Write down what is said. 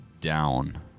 down